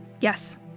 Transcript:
Yes